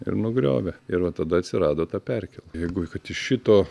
ir nugriovė ir va tada atsirado ta perkėla tai jeigu kad iš šito